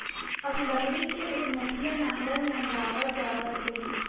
अब लकड़ी के एकनसिया नांगर नंदावत जावत हे